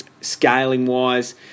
scaling-wise